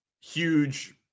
huge